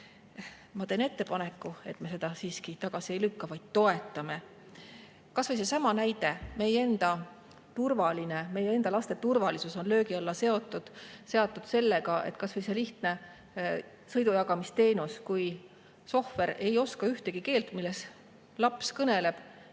ma teen ettepaneku, et me seda siiski tagasi ei lükka, vaid toetame. Kas või seesama näide, et meie enda laste turvalisus on löögi olla seatud, kui lihtsa sõidujagamisteenuse korral sohver ei oska ühtegi keelt, milles laps kõneleb.